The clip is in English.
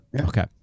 okay